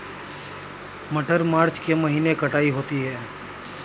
मटर मार्च के महीने कटाई होती है?